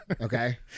Okay